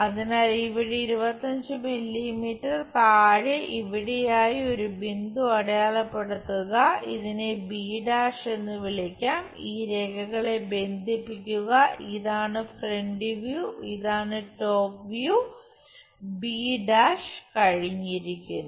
അതിനാൽ ഇവിടെ 25 മില്ലീമീറ്റർ താഴെ ഇവിടെയായി ഒരു ബിന്ദു അടയാളപ്പെടുത്തുക ഇതിനെ b' എന്ന് വിളിക്കാം ഈ രേഖകളെ ബന്ധിപ്പിക്കുക ഇതാണ് ഫ്രന്റ് വ്യൂ ഇതാണ് ടോപ് വ്യൂ b' കഴിഞ്ഞിരിക്കുന്നു